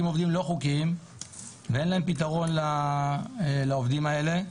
עובדים לא חוקיים ואין להם פתרון לעובדים האלה.